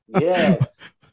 Yes